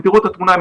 תראו את התמונה,